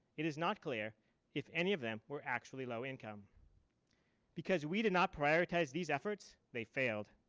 it is not clear if any of them were actually low income because we did not prioritize these efforts. they failed.